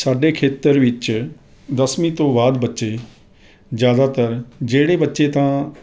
ਸਾਡੇ ਖੇਤਰ ਵਿੱਚ ਦਸਵੀਂ ਤੋਂ ਬਾਅਦ ਬੱਚੇ ਜ਼ਿਆਦਾਤਰ ਜਿਹੜੇ ਬੱਚੇ ਤਾਂ